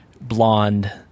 blonde